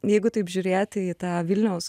jeigu taip žiūrėti į tą vilniaus